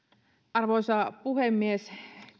arvoisa puhemies